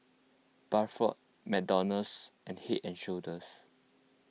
Bradford McDonald's and Head and Shoulders